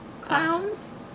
clowns